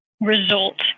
result